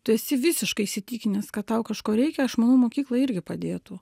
tu esi visiškai įsitikinęs kad tau kažko reikia aš manau mokykla irgi padėtų